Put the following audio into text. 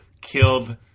killed